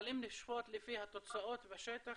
אבל אם לשפוט לפי התוצאות בשטח